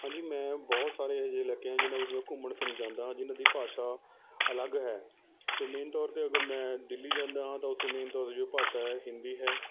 ਹਾਂਜੀ ਮੈਂ ਬਹੁਤ ਸਾਰੇ ਅਜਿਹੇ ਇਲਾਕੇ ਹਨ ਜਿਨ੍ਹਾਂ ਵਿਚ ਮੈਂ ਘੁੰਮਣ ਫਿਰਨ ਜਾਂਦਾ ਹਾਂ ਜਿਹਨਾਂ ਦੀ ਭਾਸ਼ਾ ਅਲੱਗ ਹੈ ਅਤੇ ਮੇਨ ਤੌਰ 'ਤੇ ਅਗਰ ਮੈਂ ਦਿੱਲੀ ਜਾਂਦਾ ਹਾਂ ਤਾਂ ਉੱਥੇ ਮੇਨ ਤੌਰ 'ਤੇ ਜੋ ਭਾਸ਼ਾ ਹੈ ਹਿੰਦੀ ਹੈ